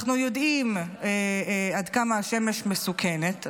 אנחנו יודעים עד כמה השמש מסוכנת,